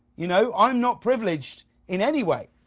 you know, i'm not privileged in anyway.